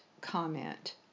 comment